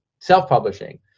self-publishing